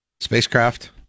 spacecraft